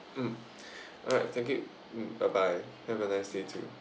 mm alright thank you mm bye bye have a nice day too